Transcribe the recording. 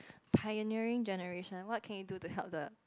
pioneering generation what can you do to help the